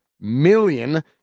million